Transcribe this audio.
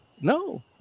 No